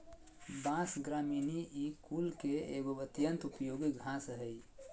बाँस, ग्रामिनीई कुल के एगो अत्यंत उपयोगी घास हइ